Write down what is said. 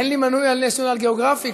אין לי מנוי על נשיונל ג'יאוגרפיק,